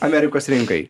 amerikos rinkai